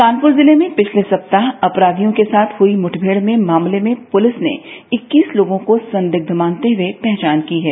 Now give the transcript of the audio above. कानपुर जिले में पिछले सप्ताह अपराधियों के साथ हुई मुठभेड़ मामले में पुलिस ने इक्कीस लोगों को संदिग्ध मानते हुए पहचान की है